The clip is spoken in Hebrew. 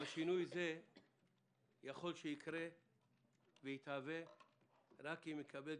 אבל שינוי זה יכול שיקרה ויתהווה רק אם יקבל את